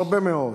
הרבה מאוד,